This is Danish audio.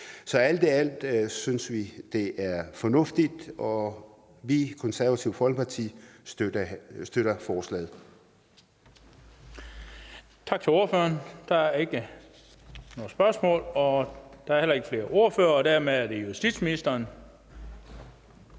Alt i alt synes vi, det er fornuftigt, og vi, Det Konservative Folkeparti, støtter forslaget.